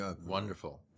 Wonderful